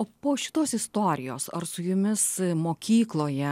o po šitos istorijos ar su jumis mokykloje